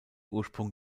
ursprung